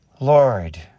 Lord